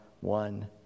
one